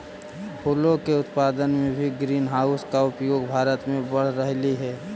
फूलों के उत्पादन में भी ग्रीन हाउस का उपयोग भारत में बढ़ रहलइ हे